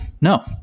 No